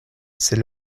c’est